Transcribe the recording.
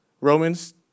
Romans